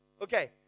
Okay